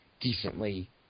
decently